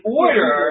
order